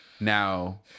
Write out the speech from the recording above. Now